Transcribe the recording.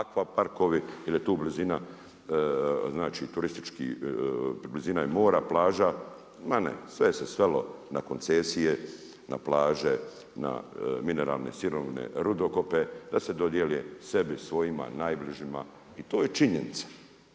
akvaparkovi jel je tu blizina mora, plaža. Ma ne, sve je se svelo na koncesije, na plaže, na mineralne sirovine rudokope da se dodijeli sebi, svojima najbližima i to je činjenica.